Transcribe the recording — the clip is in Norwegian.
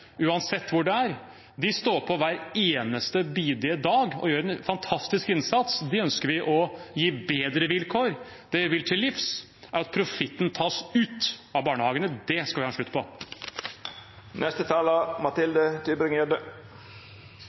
uansett hvor det er, som står på hver eneste bidige dag og gjør en fantastisk innsats, ønsker vi å gi bedre vilkår. Det vi vil til livs, er at profitten tas ut av barnehagene. Det skal vi ha en slutt